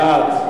בעד,